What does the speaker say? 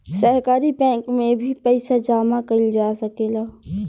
सहकारी बैंक में भी पइसा जामा कईल जा सकेला